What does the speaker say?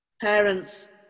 Parents